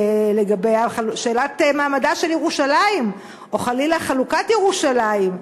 שאלת מעמדה של ירושלים או חלילה חלוקת ירושלים.